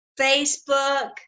Facebook